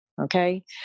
Okay